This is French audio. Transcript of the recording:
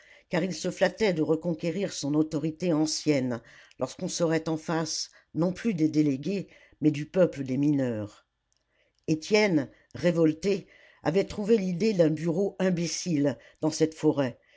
car il se flattait de reconquérir son autorité ancienne lorsqu'on serait en face non plus des délégués mais du peuple des mineurs étienne révolté avait trouvé l'idée d'un bureau imbécile dans cette forêt